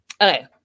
Okay